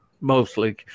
mostly